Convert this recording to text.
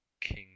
king